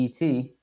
ET